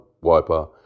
wiper